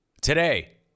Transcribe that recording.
today